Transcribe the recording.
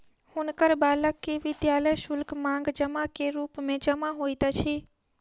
हुनकर बालक के विद्यालय शुल्क, मांग जमा के रूप मे जमा होइत अछि